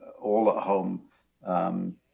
all-at-home